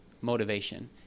motivation